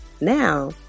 Now